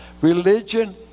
Religion